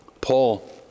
Paul